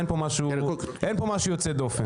אין כאן משהו יוצא דופן.